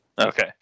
Okay